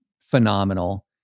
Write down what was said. Phenomenal